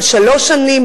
של שלוש שנים,